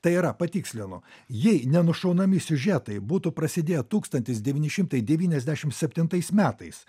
tai yra patikslinu jei nenušaunami siužetai būtų prasidėję tūkstantis devyni šimtai devyniasdešim septintais metais